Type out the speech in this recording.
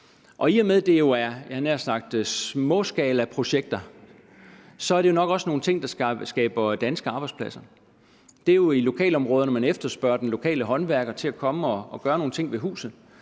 jeg havde nær sagt, småskalaprojekter, er det jo også nok nogle ting, der skaber danske arbejdspladser. Det er i lokalområderne, man efterspørger den lokale håndværker til at komme og gøre nogle ting ved huset,